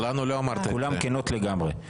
כולן כנות לגמרי.